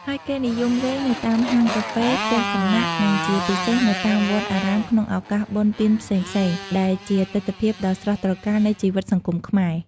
ហើយគេនិយមលេងនៅតាមហាងកាហ្វេ ផ្ទះសំណាក់ និងជាពិសេសនៅតាមវត្តអារាមក្នុងឱកាសបុណ្យទានផ្សេងៗ ដែលជាទិដ្ឋភាពដ៏ស្រស់ត្រកាលនៃជីវិតសង្គមខ្មែរ។